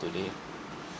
today